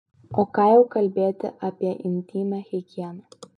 o ką jau kalbėti apie intymią higieną